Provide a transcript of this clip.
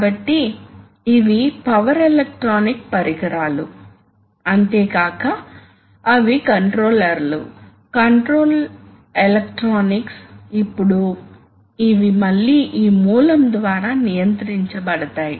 కాబట్టి వేగం అంచనా వేగం చాలా మారవచ్చు మరియు అందువల్ల ఖచ్చితమైన మోషన్ కంట్రోల్ సాధ్యం కాకపోవడానికి ఇది మరొక కారణం